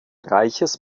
reiches